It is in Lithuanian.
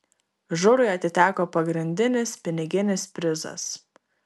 žurui atiteko pagrindinis piniginis prizas